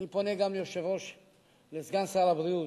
אני פונה גם לסגן שר הבריאות,